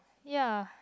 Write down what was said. ya